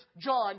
John